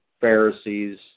Pharisees